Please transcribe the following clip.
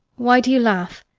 why do you laugh?